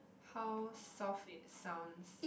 how soft it sounds